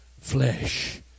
flesh